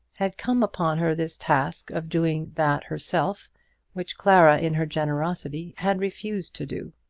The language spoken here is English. had come upon her this task of doing that herself which clara in her generosity had refused to do.